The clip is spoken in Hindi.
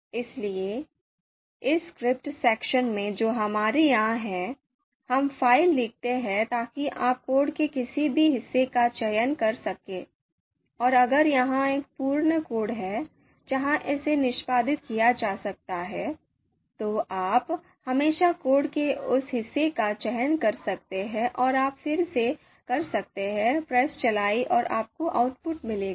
इसलिए इस स्क्रिप्ट सेक्शन में जो हमारे यहां है हम फाइल लिखते हैं ताकि आप कोड के किसी भी हिस्से का चयन कर सकें और अगर यह एक पूर्ण कोड है जहां इसे निष्पादित किया जा सकता है तो आप हमेशा कोड के उस हिस्से का चयन कर सकते हैं और आप फिर से कर सकते हैं प्रेस चलाएं और आपको आउटपुट मिलेगा